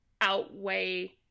outweigh